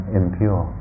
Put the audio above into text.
impure